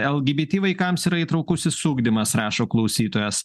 lgbt vaikams yra įtraukusis ugdymas rašo klausytojas